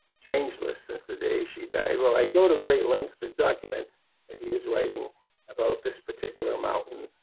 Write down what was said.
changeless since the day she died. well, i go to great lengths to document that he is writing about this particular mountain.